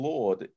Lord